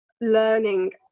learning